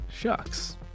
shucks